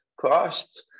cost